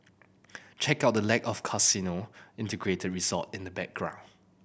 check out the lack of casino integrated resort in the background